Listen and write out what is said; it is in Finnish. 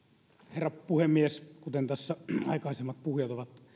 herra puhemies kuten tässä aikaisemmat puhujat ovat